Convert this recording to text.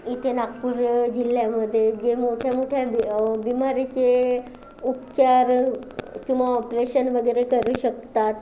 इथे नागपूर जिल्ह्यामध्ये जे मोठ्या मोठ्या बिमारीचे उपचार किंवा ऑपरेशन वगैरे करू शकतात